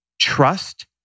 trust